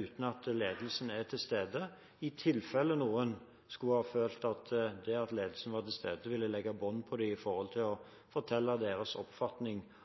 uten at ledelsen er til stede, i tilfelle noen skulle føle at ledelsens tilstedeværelse ville legge bånd på dem når det gjaldt hva de kunne fortelle om sin oppfatning av situasjonen. Det betyr at alle tillitsvalgte på de